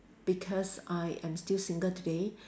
because I am still single today